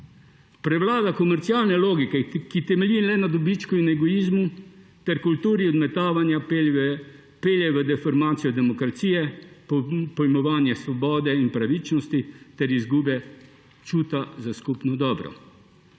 Prevlada komercialne logike, ki temelji le na dobičku in egoizmu ter kulturi odmetavanja pelje v deformacijo demokracije, pojmovanje svobode in pravičnosti ter izgube čuta za skupno dobro.